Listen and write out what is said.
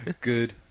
Good